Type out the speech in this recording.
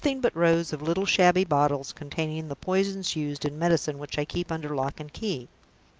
nothing but rows of little shabby bottles containing the poisons used in medicine which i keep under lock and key.